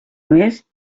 més